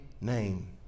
name